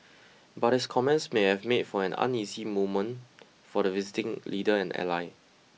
but his comments may have made for an uneasy moment for the visiting leader and ally